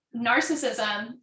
narcissism